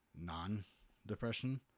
non-depression